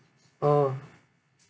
oh